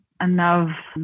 enough